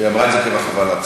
היא אמרה את זה כמחווה לצרפתים.